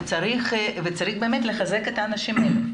ובאמת צריך לחזק את האנשים האלה.